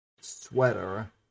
sweater